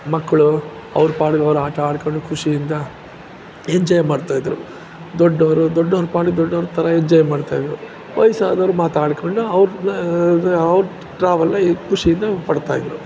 ಮಕ್ಕಳು ಅವ್ರ ಪಾಡಿಗೆ ಅವ್ರು ಆಟ ಆಡ್ಕೊಂಡು ಖುಷಿಯಿಂದ ಎಂಜಾಯ್ ಮಾಡ್ತಾಯಿದ್ದರು ದೊಡ್ಡವರು ದೊಡ್ಡವ್ರ ಪಾಡಿಗೆ ದೊಡ್ಡವ್ರ ಥರ ಎಂಜಾಯ್ ಮಾಡ್ತಾಯಿದ್ದರು ವಯಸ್ಸಾದವ್ರು ಮಾತಾಡ್ಕೊಂಡು ಅವ್ರನ್ನ ಅವ್ರು ಟ್ರಾವಲ್ಲನ್ನ ಖುಷಿಯಿಂದ ಪಡ್ತಾಯಿದ್ದರು